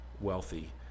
wealthy